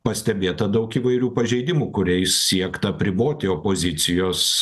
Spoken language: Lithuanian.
pastebėta daug įvairių pažeidimų kuriais siekta apriboti opozicijos